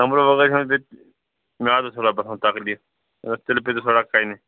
کمرٕ وَراے میادَس تھوڑا باسان تکلیٖف تِلہٕ پیٚتِس تھوڑا کَنہِ